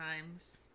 times